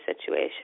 situation